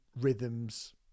rhythms